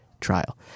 trial